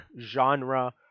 genre